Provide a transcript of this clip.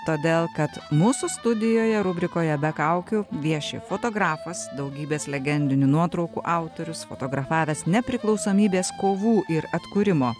todėl kad mūsų studijoje rubrikoje be kaukių vieši fotografas daugybės legendinių nuotraukų autorius fotografavęs nepriklausomybės kovų ir atkūrimo